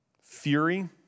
fury